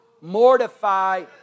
Mortify